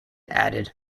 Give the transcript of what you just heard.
added